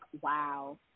wow